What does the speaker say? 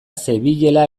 zebilela